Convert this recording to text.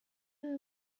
you